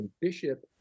Bishop